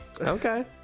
Okay